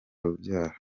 urubyaro